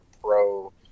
pro